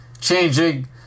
changing